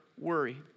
worry